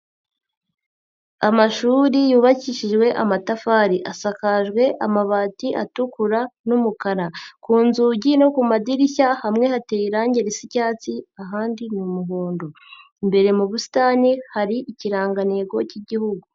Amashuri yubakishijwe amatafari, asakajwe amabati atukura n'umukara, ku nzugi no ku madirishya hamwe hateye irangi risa icyatsi ahandi ni umuhondo, imbere mu busitani hari ikirangantego cy'igihugu.